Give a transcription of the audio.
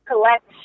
collect